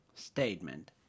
Statement